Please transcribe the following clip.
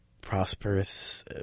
prosperous